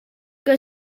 que